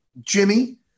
Jimmy